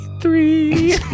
three